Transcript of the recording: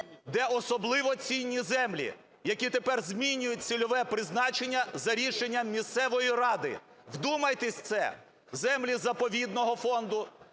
де особливо цінні землі, які тепер змінюють цільове призначення за рішенням місцевої ради. Вдумайтесь в це, землі заповідного фонду,